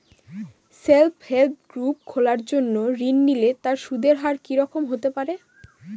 Self help group খোলার জন্য ঋণ নিলে তার সুদের হার কি রকম হতে পারে?